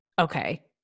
Okay